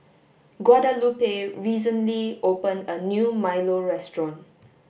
Guadalupe recently opened a new milo restaurant